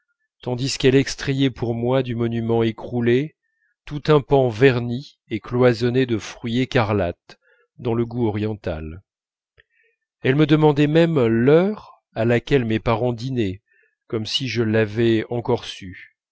tandis qu'elle extrayait pour moi du monument écroulé tout un pan verni et cloisonné de fruits écarlates dans le goût oriental elle me demandait même l'heure à laquelle mes parents dînaient comme si je l'avais encore sue